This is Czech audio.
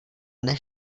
než